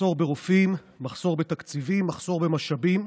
מחסור ברופאים, מחסור בתקציבים, מחסור במשאבים.